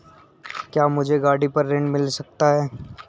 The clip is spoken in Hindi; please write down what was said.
क्या मुझे गाड़ी पर ऋण मिल सकता है?